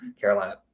Carolina –